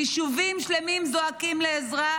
יישובים שלמים זועקים לעזרה,